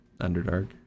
underdark